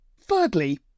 Thirdly